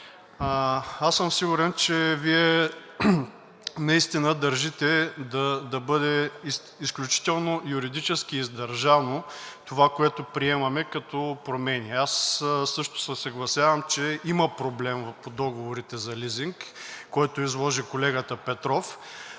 аз съм сигурен, че Вие наистина държите да бъде изключително юридически издържано това, което приемаме като промени. Аз също се съгласявам, че има проблем по договорите за лизинг, който изложи колегата Петров.